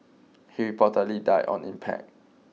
he reportedly died on impact